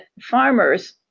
farmers